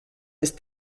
ist